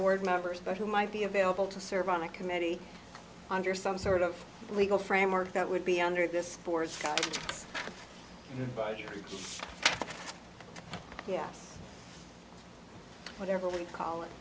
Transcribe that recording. board members but who might be available to serve on a committee under some sort of legal framework that would be under this board by yes whatever we call it